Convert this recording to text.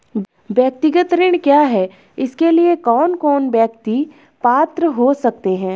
व्यक्तिगत ऋण क्या है इसके लिए कौन कौन व्यक्ति पात्र हो सकते हैं?